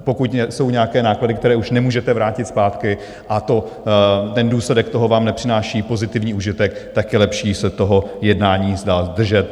Pokud jsou nějaké náklady, které už nemůžete vrátit zpátky a důsledek toho vám nepřináší pozitivní užitek, tak je lepší se toho jednání vzdát, zdržet.